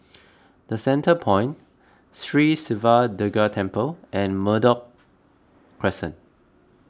the Centrepoint Sri Siva Durga Temple and Merbok Crescent